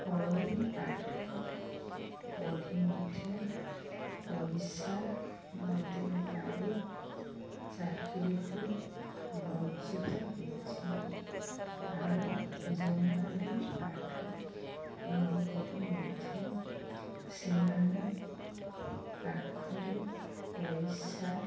ଫଳରେ ପାଠ ପଢ଼ି ମଧ୍ୟ ପଇସା ନ ଦେଇପାରି ଚାକିରିକୁ ବଞ୍ଚିତ ହେଉଛି ଆଉ ଯେଉଁମାନେ ପାଠ ନପଢ଼ି ମଧ୍ୟ ସେମାନେ ପାଖରେ ପଇସା